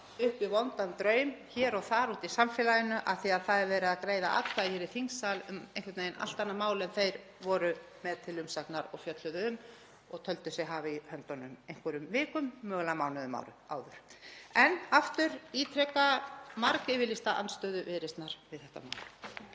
upp við vondan draum hér og þar úti í samfélaginu af því að það er verið að greiða atkvæði hér í þingsal um einhvern veginn allt annað mál en þeir voru með til umsagnar og fjölluðu um og töldu sig hafa í höndunum einhverjum vikum, mögulega mánuðum áður. — En aftur ítreka ég margyfirlýsta andstöðu Viðreisnar við þetta mál.